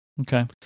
Okay